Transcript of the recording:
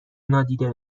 نادیده